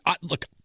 Look